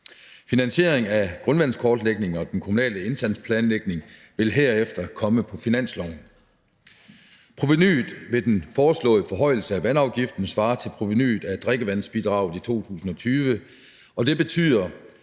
Finansieringen af grundvandskortlægningen og den kommunale indsatsplanlægning vil herefter komme på finansloven. Provenuet ved den foreslåede forhøjelse af vandafgiften svarer til provenuet af drikkevandsbidraget i 2020, og det betyder,